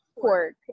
Pork